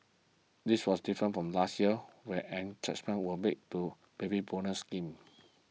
this was different from last year where were made to Baby Bonus scheme